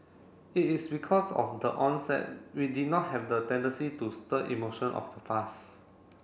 it is because of the onset we did not have the tendency to stir emotion of the past